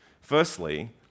Firstly